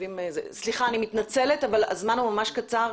אני מתנצלת אבל הזמן הוא ממש קצר.